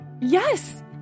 Yes